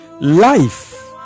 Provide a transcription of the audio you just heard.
life